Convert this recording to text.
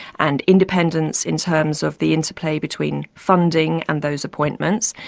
and independence in terms of the interplay between funding and those appointments.